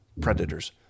predators